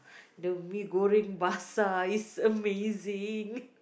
the mee-goreng basah is amazing